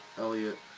Elliot